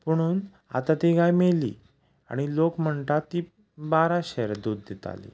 पुणून आतां ती गाय मेली आनी लोक म्हणटात ती बारा शेर दूद दिताली